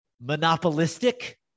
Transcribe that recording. monopolistic